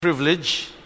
privilege